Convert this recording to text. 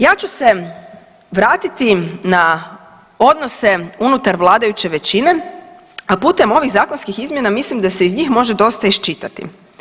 Ja ću se vratiti na odnose unutar vladajuće većine a putem ovim zakonskih izmjena, mislim da se iz njih može dosta iščitati.